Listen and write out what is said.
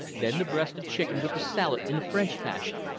then the breast of chicken with the salad, in the french fashion.